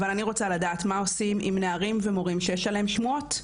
אבל אני רוצה לדעת מה עושים עם נערים ומורים שיש עליהם שומעות.